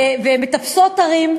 והן מטפסות הרים,